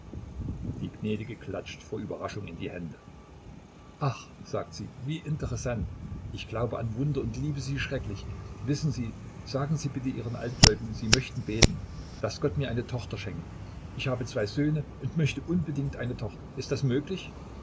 die gnädige klatscht vor überraschung in die hände ach sagt sie wie interessant ich glaube an wunder und liebe sie schrecklich wissen sie sagen sie bitte ihren altgläubigen sie möchten beten daß gott mir eine tochter schenke ich habe zwei söhne und möchte unbedingt eine tochter ist das möglich